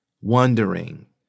wondering